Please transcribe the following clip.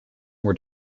were